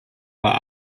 war